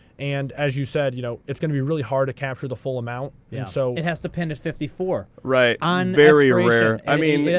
and as you said, you know it's going to be really hard to capture the full amount, and yeah so it has dependent fifty four. right, um very rare. i mean, yeah